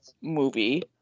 movie